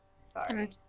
Sorry